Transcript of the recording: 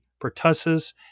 pertussis